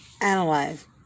analyze